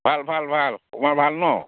ভাল ভাল ভাল তোমাৰ ভাল নহ্